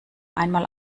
einmal